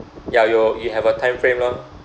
ya you'll you have a time frame lor